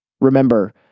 Remember